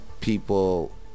people